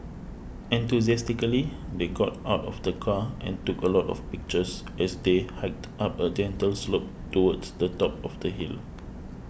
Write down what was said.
enthusiastically they got out of the car and took a lot of pictures as they hiked up a gentle slope towards the top of the hill